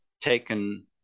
taken